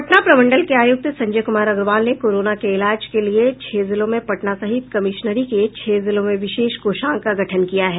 पटना प्रमंडल के आयुक्त संजय कुमार अग्रवाल ने कोरोना के इलाज के लिये पटना सहित कमीशनरी के छह जिलों में विशेष कोषांग का गठन किया है